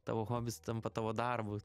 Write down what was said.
tavo hobis tampa tavo darbu